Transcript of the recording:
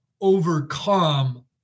overcome